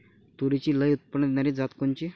तूरीची लई उत्पन्न देणारी जात कोनची?